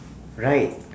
right